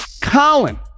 Colin